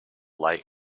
light